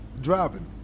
Driving